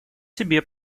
себе